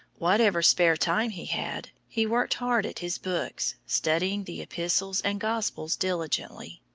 whatever spare time he had, he worked hard at his books, studying the epistles and gospels diligently.